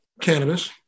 cannabis